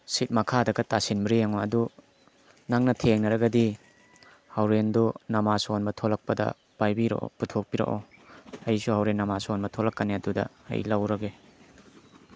ꯁꯤꯠ ꯃꯈꯥꯗꯒ ꯇꯥꯁꯤꯟꯕ꯭ꯔ ꯌꯦꯡꯉꯨ ꯑꯗꯨ ꯅꯪꯅ ꯊꯦꯡꯅꯔꯒꯗꯤ ꯍꯣꯔꯦꯟꯗꯨ ꯅꯃꯥꯖ ꯁꯣꯟꯕ ꯊꯣꯂꯛꯄꯗ ꯄꯥꯏꯕꯤꯔꯛꯑꯣ ꯄꯨꯊꯣꯛꯄꯤꯔꯛꯑꯣ ꯑꯩꯁꯨ ꯍꯣꯔꯦꯟ ꯅꯃꯥꯖ ꯁꯣꯟꯕ ꯊꯣꯛꯂꯛꯀꯅꯤ ꯑꯗꯨꯗ ꯑꯩ ꯂꯧꯔꯒꯦ